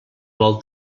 vol